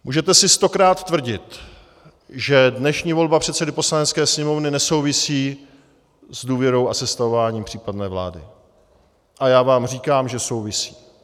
Můžete si stokrát tvrdit, že dnešní volba předsedy Poslanecké sněmovny nesouvisí s důvěrou a sestavováním případné vlády, a já vám říkám, že souvisí.